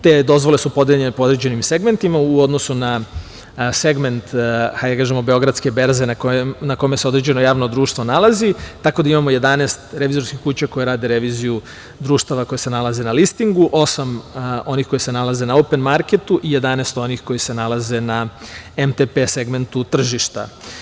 Te dozvole su podeljene po određenim segmentima u odnosu na segment Beogradske berze na kome se određeno javno društvo nalazi, tako da imamo 11 revizorskih kuća koje rade reviziju društava koja se nalaze na listingu, osam onih koja se nalaze na open marketu i 11 onih koja se nalaze na MTP segmentu tržišta.